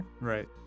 Right